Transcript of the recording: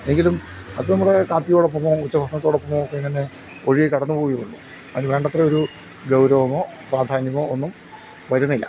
എങ്കിലും അത് നമ്മുടെ കാപ്പിയോടൊപ്പമോ ഉച്ച ഭക്ഷണത്തോടൊപ്പമോ ഒക്കെ ഇങ്ങനെ ഒഴുകി കടന്ന് പോവുകയുള്ളൂ അതിന് വേണ്ടത്ര ഒരു ഗൗരവമോ പ്രാധാന്യമോ ഒന്നും വരുന്നില്ല